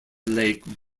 lake